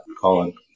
Colin